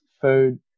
food